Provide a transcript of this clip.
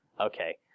okay